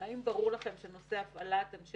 --- אם כי גם זה לא תוצאה מדעית בדיות